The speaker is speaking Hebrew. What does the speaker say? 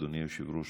אדוני היושב-ראש,